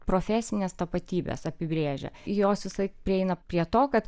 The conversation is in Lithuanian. profesinės tapatybės apibrėžia jos visąlaik prieina prie to kad